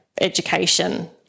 education